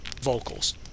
vocals